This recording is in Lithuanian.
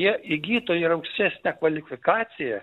jie įgytų ir aukštesnę kvalifikaciją